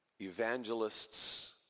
evangelists